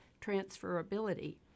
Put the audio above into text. Transferability